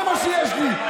זה מה שיש לי.